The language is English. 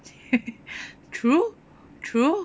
true true